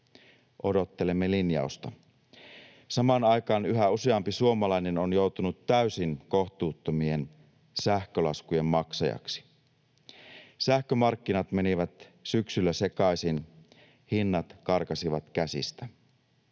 Odottelemme linjausta. Samaan aikaan yhä useampi suomalainen on joutunut täysin kohtuuttomien sähkölaskujen maksajaksi. Sähkömarkkinat menivät syksyllä sekaisin, hinnat karkasivat käsistä.